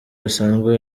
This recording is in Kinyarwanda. bisanzwe